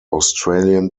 australian